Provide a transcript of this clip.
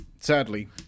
Sadly